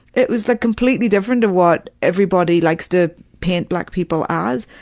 it was the completely different of what everybody likes to paint black people as.